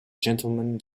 gentleman